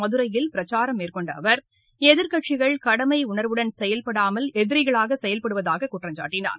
மதுரையில் பிரச்சாரம் மேற்கொண்ட அவர் எதிர்க்கட்சிகள் கடமை உணர்வுடன் செயல்படாமல் எதிரிகளாக செயல்படுவதாக குற்றம் சாட்டினார்